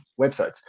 websites